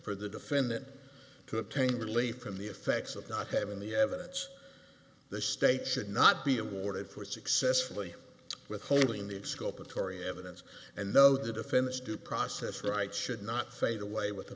for the defendant to obtain relief from the effects of not having the evidence the state should not be awarded for successfully withholding the exculpatory evidence and though the defendant's due process rights should not fade away with the